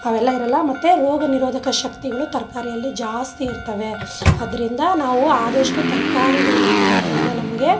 ಅವೆಲ್ಲ ಇರೋಲ್ಲ ಮತ್ತು ರೋಗ ನಿರೋಧಕ ಶಕ್ತಿಗಳು ತರಕಾರಿಯಲ್ಲಿ ಜಾಸ್ತಿ ಇರ್ತವೆ ಆದ್ರಿಂದ ನಾವು ಆದಷ್ಟು ತರ್ಕಾರಿಗಳನ್ನ ತಿನ್ನೋದ್ರಿಂದ ನಮಗೆ